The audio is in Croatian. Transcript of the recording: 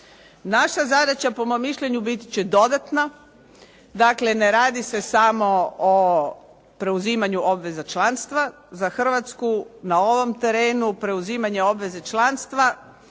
Naša zadaća po mom mišljenju biti će dodatna. Dakle, ne radi se samo o preuzimanju obveza članstva za Hrvatsku na ovom terenu, preuzimanje obveze članstva,